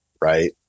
Right